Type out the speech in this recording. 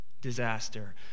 disaster